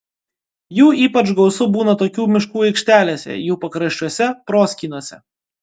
jų ypač gausu būna tokių miškų aikštelėse jų pakraščiuose proskynose